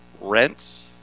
rents